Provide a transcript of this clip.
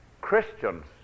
Christians